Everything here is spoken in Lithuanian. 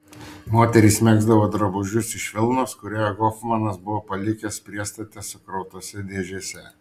moterys megzdavo drabužius iš vilnos kurią hofmanas buvo palikęs priestate sukrautose dėžėse